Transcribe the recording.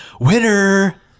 winner